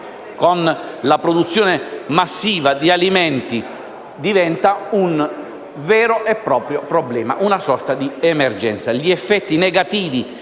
della produzione massiva di alimenti diventa un vero e proprio problema, una sorta di emergenza.